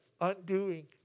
undoing